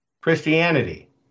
Christianity